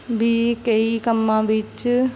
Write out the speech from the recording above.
ਵੀ ਕਈ ਕੰਮਾਂ ਵਿੱਚ